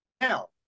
Now